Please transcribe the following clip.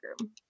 room